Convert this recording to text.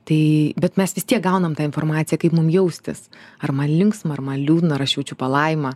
tai bet mes vis tiek gaunam tą informaciją kaip mum jaustis ar man linksma ar man liūdna ar aš jaučiu palaimą